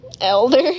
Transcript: elder